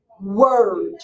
word